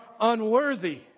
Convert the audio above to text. unworthy